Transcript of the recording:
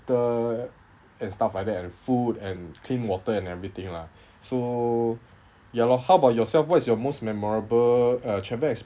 heater and stuff like that and food and clean water and everything lah so ya lor how about yourself what is your most memorable uh travel experience